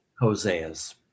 Hosea's